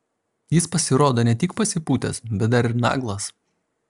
jis pasirodo ne tik pasipūtęs bet dar ir naglas